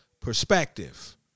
perspective